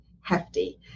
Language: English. hefty